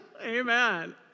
Amen